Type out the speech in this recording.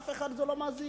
לאף אחד זה לא מזיז.